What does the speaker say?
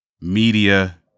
media